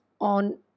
on